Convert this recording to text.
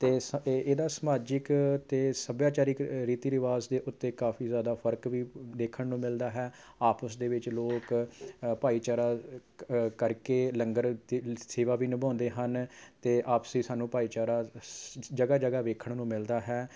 ਅਤੇ ਸ ਇਹ ਇਹਦਾ ਸਮਾਜਿਕ ਅਤੇ ਸੱਭਿਆਚਾਰਿਕ ਰੀਤੀ ਰਿਵਾਜ਼ ਦੇ ਉੱਤੇ ਕਾਫੀ ਜ਼ਿਆਦਾ ਫਰਕ ਵੀ ਦੇਖਣ ਨੂੰ ਮਿਲਦਾ ਹੈ ਆਪਸ ਦੇ ਵਿੱਚ ਲੋਕ ਭਾਈਚਾਰਾ ਕ ਕਰਕੇ ਲੰਗਰ ਦੀ ਸੇਵਾ ਵੀ ਨਿਭਾਉਂਦੇ ਹਨ ਅਤੇ ਆਪਸੀ ਸਾਨੂੰ ਭਾਈਚਾਰਾ ਸ ਜਗ੍ਹਾ ਜਗ੍ਹਾ ਦੇਖਣ ਨੂੰ ਮਿਲਦਾ ਹੈ